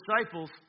disciples